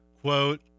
quote